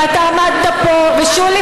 ואתה עמדת פה, ושולי